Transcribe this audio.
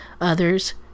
others